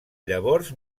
llavors